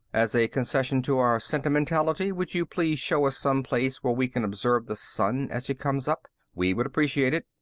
as a concession to our sentimentality, would you please show us some place where we can observe the sun as it comes up? we would appreciate it.